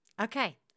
Okay